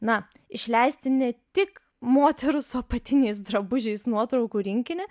na išleisti ne tik moterų su apatiniais drabužiais nuotraukų rinkinį